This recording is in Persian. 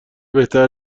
بهتر